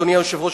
אדוני היושב-ראש,